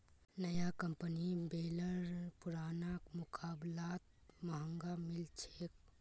नया कंपनीर बेलर पुरना मुकाबलात महंगा मिल छेक